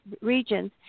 regions